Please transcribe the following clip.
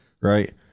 right